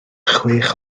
chwech